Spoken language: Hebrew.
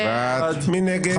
מי נגד?